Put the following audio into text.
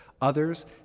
Others